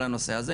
על הנושא הזה,